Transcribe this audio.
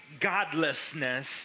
godlessness